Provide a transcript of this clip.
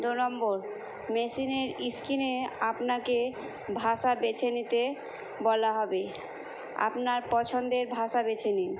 দু নম্বর মেশিনের স্ক্রিনে আপনাকে ভাষা বেছে নিতে বলা হবে আপনার পছন্দের ভাষা বেছে নিন